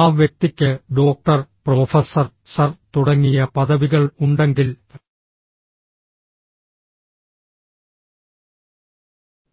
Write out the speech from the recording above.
ആ വ്യക്തിക്ക് doctor professor sir തുടങ്ങിയ പദവികൾ ഉണ്ടെങ്കിൽ